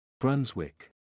Brunswick